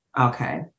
Okay